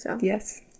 Yes